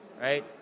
right